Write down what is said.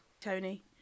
Tony